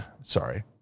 sorry